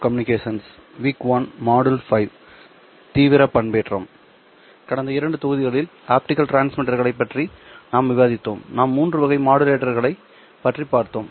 கடந்த 2 தொகுதிகளில் ஆப்டிகல் டிரான்ஸ்மிட்டர்களைப் பற்றி நாம் விவாதித்தோம் நாம் மூன்று வகை மாடுலேட்டர்களைப் பற்றி பார்த்தோம்